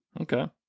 Okay